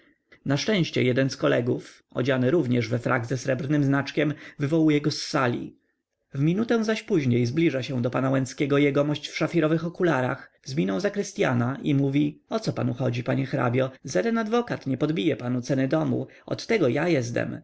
na szczęście jeden z kolegów odziany również we frak ze srebrnym znaczkiem wywołuje go z sali w minutę zaś później zbliża się do pana łęckiego jegomość w szafirowych okularach z miną zaktrystyana i mówi o co panu chodzi panie hrabio żeden adwokat nie podbije panu ceny domu od tego ja jesdem